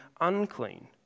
unclean